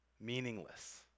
meaningless